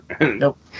Nope